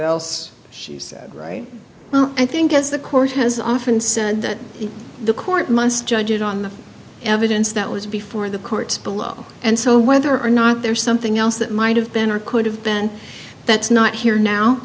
else she said i think as the court has often said that the court must judge it on the evidence that was before the court below and so whether or not there's something else that might have been or could have been that's not here now